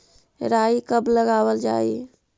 राई कब लगावल जाई?